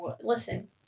Listen